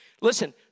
Listen